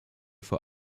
vor